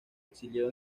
exilió